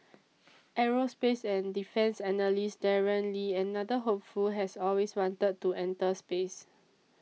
aerospace and defence analyst Darren Lee another hopeful has always wanted to enter space